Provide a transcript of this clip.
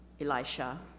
Elisha